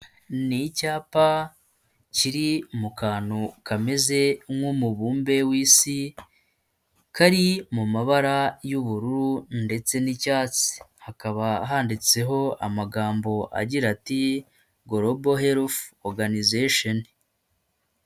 Ni icyapa kiri mu kantu kameze nk'umubumbe w'isi, kari mu mabara y'ubururu ndetse n'icyatsi hakaba handitseho amagambo agira ati gorobo herifu oruganizasheni.